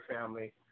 family